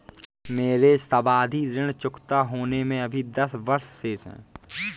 मेरे सावधि ऋण चुकता होने में अभी दस वर्ष शेष है